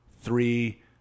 three